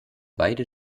beide